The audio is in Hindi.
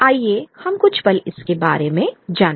आइए हम कुछ पल इसके बारे में जाने